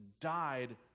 died